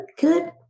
good